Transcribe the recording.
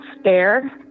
stare